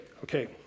Okay